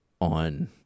on